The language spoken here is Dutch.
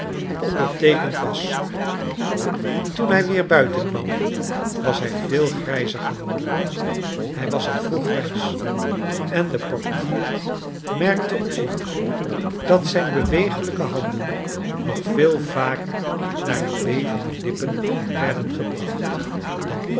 onderteekend was toen hij weer buiten kwam was hij veel grijzer geworden hij was al vroeg grijs en de portier merkte op dat zijn beweeglijke handen nog veel vaker naar de bevende lippen werden gebracht dan